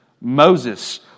Moses